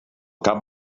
cap